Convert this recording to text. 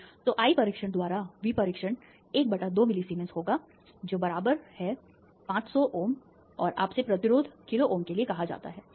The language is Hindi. तो I परीक्षण द्वारा V परीक्षण 1 बटा 2 मिली सीमेंस होगा जो से 500Ω है और आपसे प्रतिरोध किलोΩ के लिए कहा जाता है